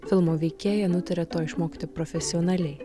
filmo veikėja nutarė to išmokti profesionaliai